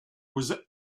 was